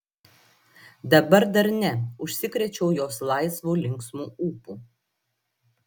dabar dar ne užsikrėčiau jos laisvu linksmu ūpu